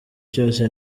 cyose